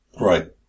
Right